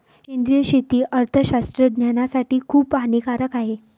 सेंद्रिय शेती अर्थशास्त्रज्ञासाठी खूप हानिकारक आहे